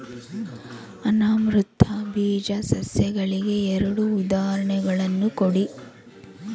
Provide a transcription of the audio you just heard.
ಅನಾವೃತ ಬೀಜ ಸಸ್ಯಗಳಿಗೆ ಎರಡು ಉದಾಹರಣೆಗಳನ್ನು ಕೊಡಿ